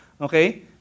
Okay